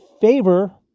favor